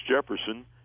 Jefferson